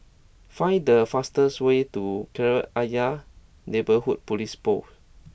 find the fastest way to Kreta Ayer Neighbourhood Police Post